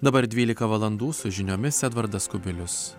dabar dvylika valandų su žiniomis edvardas kubilius